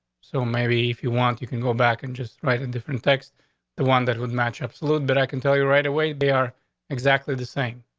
so maybe if you want, you can go back and just write in different text the one that would match absolute. but i can tell you right away they are exactly the same.